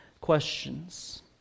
questions